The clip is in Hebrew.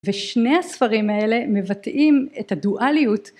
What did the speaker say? ושני הספרים האלה מבטאים את הדואליות